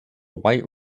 white